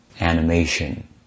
animation